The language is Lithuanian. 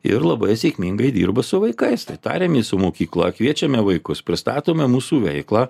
ir labai sėkmingai dirba su vaikais tai tariamės su mokykla kviečiame vaikus pristatome mūsų veiklą